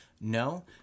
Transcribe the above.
No